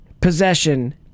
possession